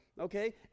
okay